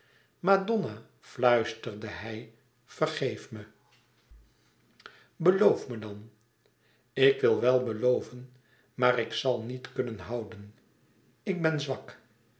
madonna fluisterde hij vergeef me beloof me dan ik wil wel beloven maar ik zal niet kunnen houden ik ben zwak